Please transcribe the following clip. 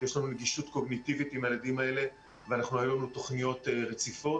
יש לנו נגישות קוגניטיבית עם הילדים האלה והיו לנו תכניות רציפות.